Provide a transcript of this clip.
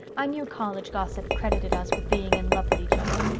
i knew college gossip credited us with being in love with each other.